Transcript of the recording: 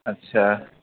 اچھا